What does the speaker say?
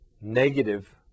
negative